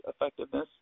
effectiveness